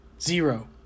Zero